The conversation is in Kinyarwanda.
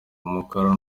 umukara